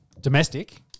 domestic